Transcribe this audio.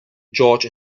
george